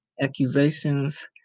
Accusations